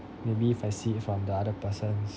maybe if I see it from the other person's